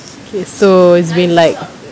okay so it's been like